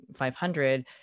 500